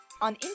on